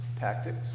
Tactics